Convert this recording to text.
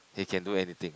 he can do anything